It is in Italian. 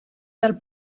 dal